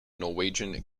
norwegian